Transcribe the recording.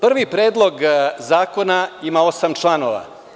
Prvi predlog zakona ima osam članova.